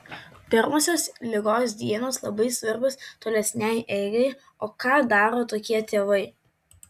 pirmosios ligos dienos labai svarbios tolesnei eigai o ką daro tokie tėvai